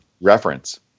reference